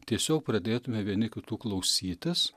tiesiog pradėtume vieni kitų klausytis